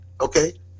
Okay